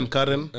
Karen